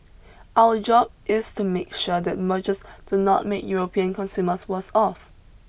our job is to make sure that mergers do not make European consumers worse off